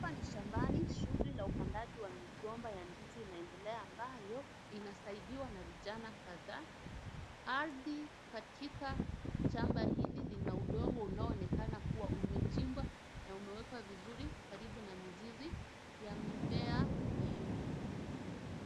Hapa ni shambani. Shughuli la upandaji wa migomba ya ndizi inaendelea ambayo, inasaidiwa na vijana kadhaa. Ardhi katika shamba hili lina udongo unaoonekana kuwa umechimbwa na umewekwa vizuri karibu na mizizi ya mimea hiyo.